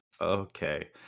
Okay